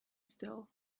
still